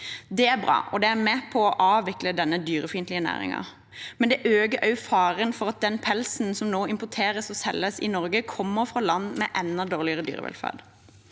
Det er bra. Det er med på å avvikle denne dyrefiendtlige næringen, men det øker også faren for at den pelsen som nå importeres og selges i Norge, kommer fra land med enda dårligere dyrevelferd.